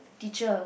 teacher